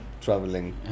traveling